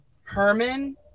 Herman